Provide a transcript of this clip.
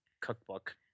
cookbook